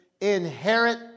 inherit